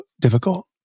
difficult